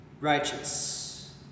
righteous